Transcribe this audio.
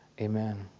Amen